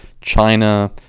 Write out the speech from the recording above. China